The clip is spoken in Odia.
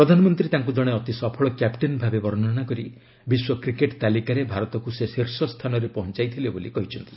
ପ୍ରଧାନମନ୍ତ୍ରୀ ତାଙ୍କୁ ଜଣେ ଅତି ସଫଳ କ୍ୟାପଟେନ୍ ଭାବେ ବର୍ଷ୍ଣନା କରି ବିଶ୍ୱ କ୍ରିକେଟ୍ ତାଲିକାରେ ଭାରତକୁ ସେ ଶୀର୍ଷ ସ୍ଥାନରେ ପହଞ୍ଚାଇଥିଲେ ବୋଲି କହିଛନ୍ତି